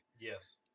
Yes